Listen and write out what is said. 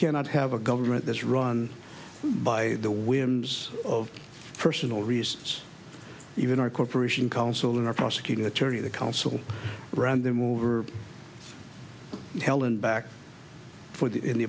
cannot have a government that's run by the whims of personal response even our corporation council and our prosecuting attorney the council run them over hell and back for that in the